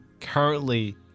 currently